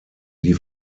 die